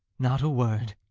not a word.